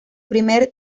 primer